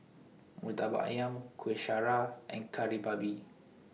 Murtabak Ayam Kuih Syara and Kari Babi